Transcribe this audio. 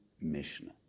Mishnah